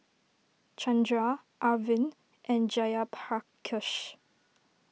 Chandra Arvind and Jayaprakash